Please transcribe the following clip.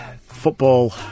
football